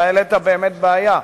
העלית בעיה.